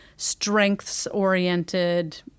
strengths-oriented